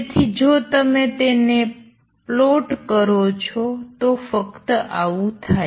તેથી જો તમે તેને પ્લોટ કરો છો તો ફક્ત આવું થાય